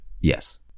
Yes